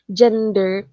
gender